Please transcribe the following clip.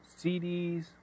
CDs